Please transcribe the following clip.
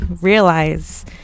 realize